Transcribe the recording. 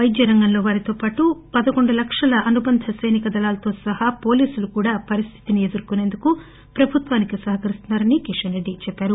వైద్య రంగంలో వారితోపాటు పదకొండు లక్షల అనుబంధ సైనిక దళాలతో సహా పోలీసులు కూడా పరిస్థితిని ఎదుర్కొనేందుకు ప్రభుత్వానికి సహకరిస్తున్నారని కిషన్ రెడ్డి చెప్పారు